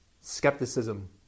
skepticism